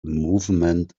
movement